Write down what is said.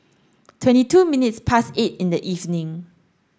twenty two minutes past eight in the evening